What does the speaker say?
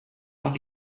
mache